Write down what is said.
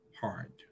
hard